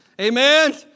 Amen